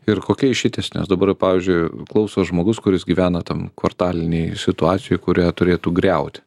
ir kokia išeitis nes dabar pavyzdžiui klauso žmogus kuris gyvena tam kvartalinėj situacijoj kurią turėtų griauti